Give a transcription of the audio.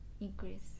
increase